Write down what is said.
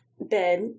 bed